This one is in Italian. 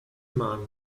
man